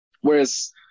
Whereas